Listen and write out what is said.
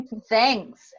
thanks